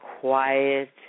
quiet